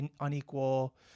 unequal